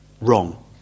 wrong